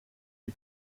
die